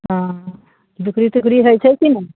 हँ बिक्री तिक्री होइ छै कि नहि